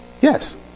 Yes